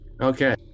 Okay